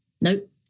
Nope